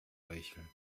heucheln